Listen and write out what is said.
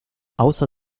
außer